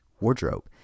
wardrobe